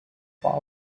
far